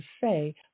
say